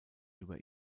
über